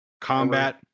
combat